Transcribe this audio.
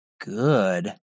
good